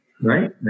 right